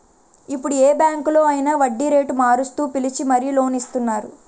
ఇప్పుడు ఏ బాంకులో అయినా వడ్డీరేటు మారుస్తూ పిలిచి మరీ లోన్ ఇస్తున్నారు